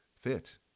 fit